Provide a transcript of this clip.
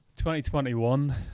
2021